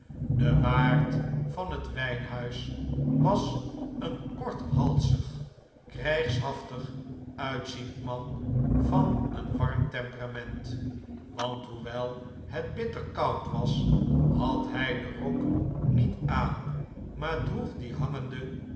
de waard van het wjjnhuis was een korthalzig krjjgshaftig uitziend man van een warm temperament want hoewel het bitter koud was had hij den rok niet aan maar droeg dien hangende